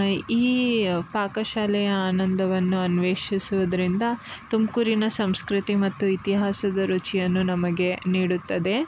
ಈ ಪಾಕಶಾಲೆಯ ಆನಂದವನ್ನು ಅನ್ವೇಷಿಸುವುದರಿಂದ ತುಮಕೂರಿನ ಸಂಸ್ಕೃತಿ ಮತ್ತು ಇತಿಹಾಸದ ರುಚಿಯನ್ನು ನಮಗೆ ನೀಡುತ್ತದೆ